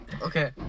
Okay